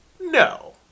No